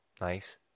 nice